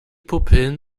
pupillen